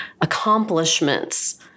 accomplishments